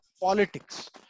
politics